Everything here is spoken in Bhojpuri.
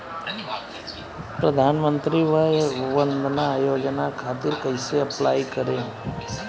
प्रधानमंत्री वय वन्द ना योजना खातिर कइसे अप्लाई करेम?